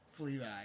Fleabag